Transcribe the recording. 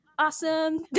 awesome